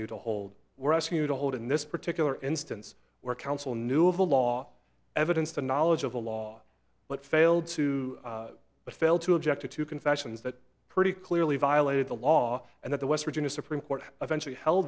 you to hold we're asking you to hold in this particular instance where council knew of the law evidence to knowledge of the law but failed to but fail to object to confessions that pretty clearly violated the law and that the west virginia supreme court eventually held